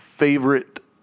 Favorite